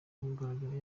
amugaragaza